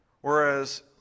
Whereas